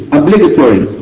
obligatory